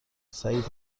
سعید